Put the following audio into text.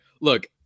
Look